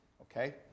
okay